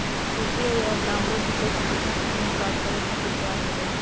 UPI app download होई त कितना समय मे कार्य करे खातीर तैयार हो जाई?